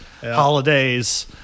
holidays